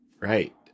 right